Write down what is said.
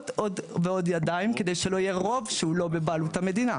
עוד ועוד ידיים כדי שלא יהיה רוב שהוא לא בבעלות המדינה.